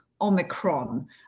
Omicron